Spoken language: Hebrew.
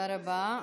תודה רבה.